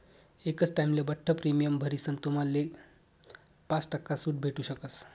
एकच टाइमले बठ्ठ प्रीमियम भरीसन तुम्हाले पाच टक्का सूट भेटू शकस